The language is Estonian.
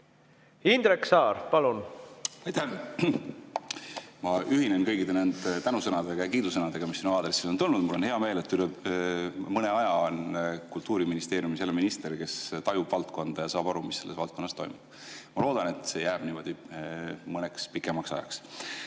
[veel] teha? Aitäh! Ma ühinen kõikide nende tänusõnade ja kiidusõnadega, mis sinu aadressil on tulnud. Mul on hea meel, et üle [hulga] aja on Kultuuriministeeriumis jälle minister, kes tajub valdkonda ja saab aru, mis selles valdkonnas toimub. Ma loodan, et see jääb niimoodi pikemaks ajaks.